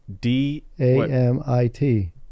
D-A-M-I-T